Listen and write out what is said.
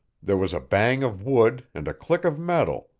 there was a bang of wood and a click of metal,